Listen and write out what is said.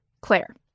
Claire